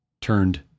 turned